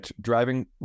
driving